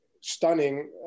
stunning